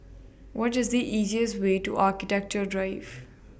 What IS The easiest Way to Architecture Drive